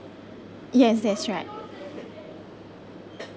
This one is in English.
yes that's right